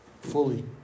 fully